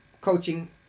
coaching